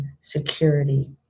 security